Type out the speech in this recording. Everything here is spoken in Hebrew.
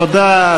תודה.